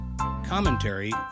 commentary